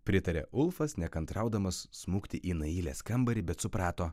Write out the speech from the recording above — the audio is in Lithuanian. pritarė ulfas nekantraudamas smukti į nailės kambarį bet suprato